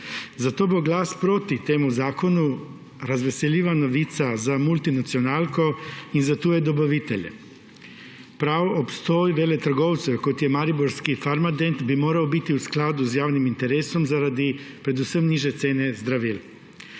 Zato bo glas proti temu zakonu razveseljiva novica za multinacionalko in za tuje dobavitelje. Prav obstoj veletrgovcev, kot je mariborski Farmadent, bi moral biti v skladu z javnim interesom, predvsem zaradi nižje cene zdravil.